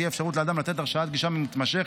תהיה אפשרות לאדם לתת הרשאת גישה מתמשכת,